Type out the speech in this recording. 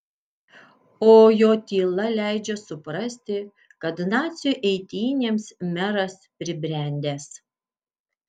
o jo tyla leidžia suprasti kad nacių eitynėms meras pribrendęs